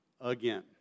again